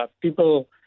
people